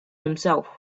himself